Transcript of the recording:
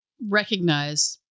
recognize